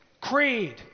creed